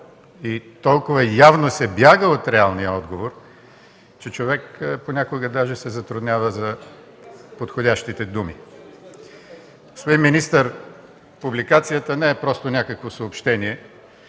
и толкова явно се бяга от реалния отговор, че човек понякога даже се затруднява за подходящите думи. (Реплики от ГЕРБ.) Господин министър, публикацията не е просто някакво съобщение.